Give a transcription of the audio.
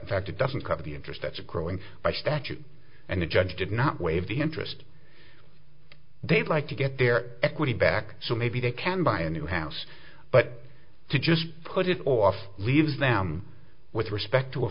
fact it doesn't cover the interest that's a growing by statute and the judge did not waive the interest they'd like to get their equity back so maybe they can buy a new house but to just put it off leaves them with respect to a